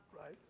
Right